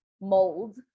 Mold